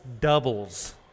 doubles